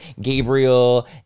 Gabriel